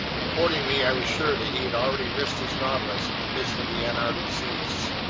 accordingly, i was sure that he had already risked his nautilus in the midst of the antarctic seas.